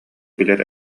билэр